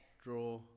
draw